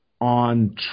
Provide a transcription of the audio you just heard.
on